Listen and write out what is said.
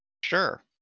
sure